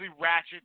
ratchet